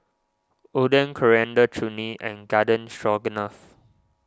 Oden Coriander Chutney and Garden Stroganoff